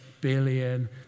billion